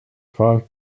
five